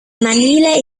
manila